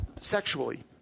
sexually